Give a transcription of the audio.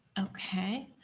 okay.